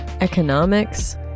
economics